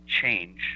change